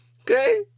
Okay